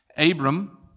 Abram